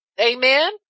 Amen